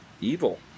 evil